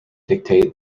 dictate